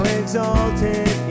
exalted